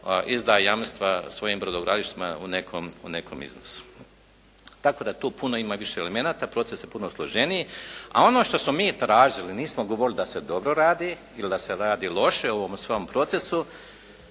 izda jamstava svojim brodogradilištima u nekom iznosu. Tako da tu puno ima više elemenata, proces je puno složeniji. A ono što smo mi tražili, nismo govorili da se dobro radi ili da se radi loše u ovom svom procesu.